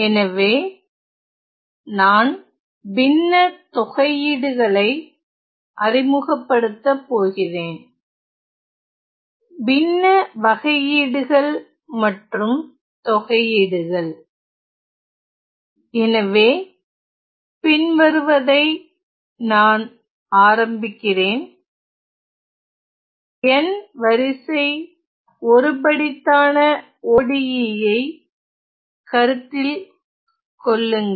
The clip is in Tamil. எனவே நான் பின்ன தொகையீடுகளை அறிமுகப்படுத்தபோகிறேன் பின்ன வகையீடுகள் மற்றும் தொகையீடுகள்எனவே பின்வருவதை நான் ஆரம்பிக்கிறேன் n வரிசை ஒருபடித்தான ODE ஐ கருத்தில் கொள்ளுங்கள்